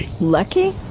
Lucky